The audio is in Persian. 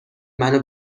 منو